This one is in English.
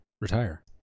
retire